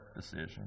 decision